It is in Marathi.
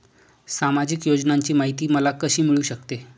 सामाजिक योजनांची माहिती मला कशी मिळू शकते?